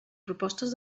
propostes